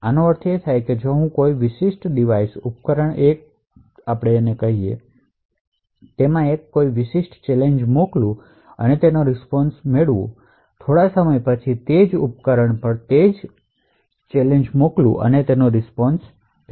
આનો અર્થ એ છે કે જો હું કોઈ વિશિષ્ટ ડિવાઇસ ઉપકરણ A કહેતો હોઉં તો તેને એક વિશિષ્ટ ચેલેન્જ મોકલો અને તેનો રીસ્પોન્શ પ્રાપ્ત કરો અને થોડા સમય પછી તે જ ઉપકરણ પર ચેલેન્જ મોકલો અને રીસ્પોન્શ એકત્રિત કરો